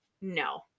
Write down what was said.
No